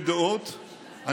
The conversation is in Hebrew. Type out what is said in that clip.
גם אם יש בינינו חילוקי דעות,